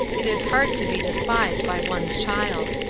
it is hard to be despised by one's child.